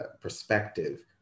perspective